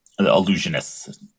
illusionists